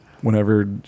whenever